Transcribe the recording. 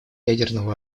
ядерного